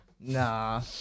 nah